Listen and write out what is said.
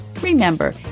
Remember